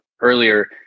earlier